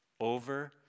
over